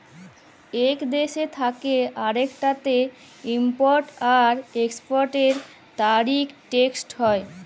ইক দ্যেশ থ্যাকে আরেকটতে ইমপরট আর একেসপরটের তারিফ টেকস হ্যয়